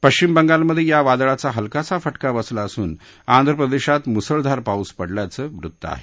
पश्चिम बंगालमधे या वादळाचा हलकासा फटका बसला असून आंध्र प्रदेशात मुसळधार पाऊस पडल्याचं वृत्त आहे